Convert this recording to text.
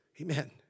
Amen